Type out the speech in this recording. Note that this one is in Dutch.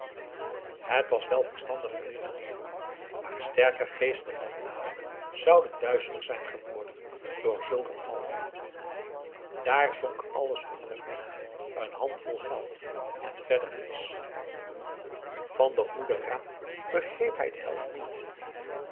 het was wel verstandig geredeneerd maar sterker geesten dan adam zouden duizelig zijn geworden aum boe akar eel door zulk een val daar zonk alles onder hem weg een handvol geld en verder niets van den goeden raad begreep hij de helft niet